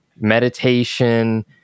meditation